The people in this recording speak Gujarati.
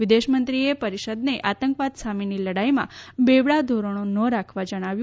વિદેશમંત્રીએ પરિષદને આતંકવાદ સામેની લડાઈમાં બેવડા ધોરણો ન રાખવા જણાવ્યું